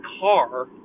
car